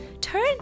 turn